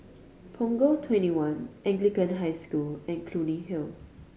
Punggol Twenty one Anglican High School and Clunny Hill